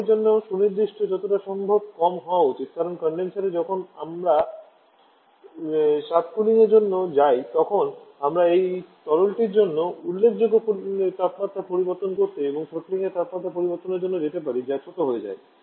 তরলটির জন্য সুনির্দিষ্ট যতটা সম্ভব কম হওয়া উচিত কারণ কনডেনসারে আমরা যখন সাবকুলিংয়ের জন্য যাই তখন আমরা এই তরলটির জন্য উল্লেখযোগ্য তাপমাত্রা পরিবর্তন করতে এবং থ্রোটলিংয়ের তাপমাত্রা পরিবর্তনের জন্য যেতে পারি যা ছোট হয়ে যায়